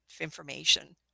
information